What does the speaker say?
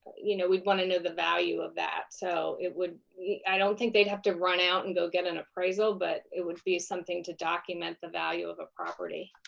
you know we'd want to know the value of that, so it would i don't think they'd have to run out and go get an appraisal, but it would be something to document the value of a property.